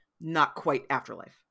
not-quite-afterlife